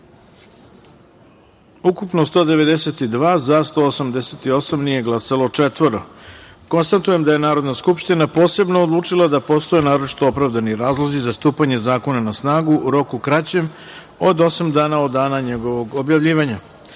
poslanika, za – 188, nije glasalo – četvoro. Konstatujem da je Narodna skupština posebno odlučila da postoje naročito opravdani razlozi za stupanje zakona na snagu u roku kraćem od osam dana od dana njegovog objavljivanja. Pristupamo